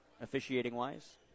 officiating-wise